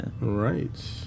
Right